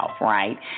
right